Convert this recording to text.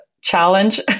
challenge